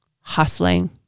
hustling